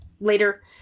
later